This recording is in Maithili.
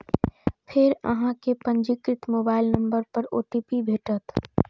फेर अहां कें पंजीकृत मोबाइल नंबर पर ओ.टी.पी भेटत